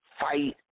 fight